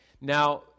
Now